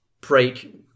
break